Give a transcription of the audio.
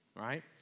right